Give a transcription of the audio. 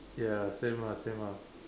ya same ah same ah